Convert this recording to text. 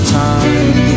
time